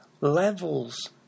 levels